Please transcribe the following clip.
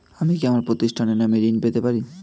আমি কি আমার প্রতিষ্ঠানের নামে ঋণ পেতে পারি?